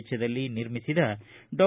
ವೆಚ್ಚದಲ್ಲಿ ನಿರ್ಮಿಸಿದ ಡಾ